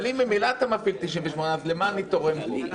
אבל אם ממילא אתה מפעיל 98 אז למה אני תורם פה?